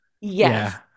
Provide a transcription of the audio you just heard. yes